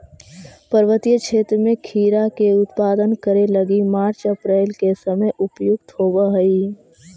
पर्वतीय क्षेत्र में खीरा के उत्पादन करे लगी मार्च अप्रैल के समय उपयुक्त होवऽ हई